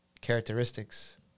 characteristics